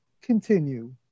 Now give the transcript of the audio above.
continue